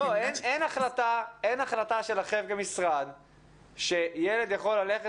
אין החלטה שלכם כמשרד שילד יכול ללכת